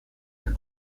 near